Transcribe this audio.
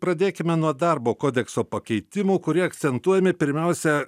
pradėkime nuo darbo kodekso pakeitimų kurie akcentuojami pirmiausia